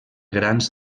grans